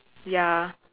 ya